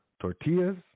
tortillas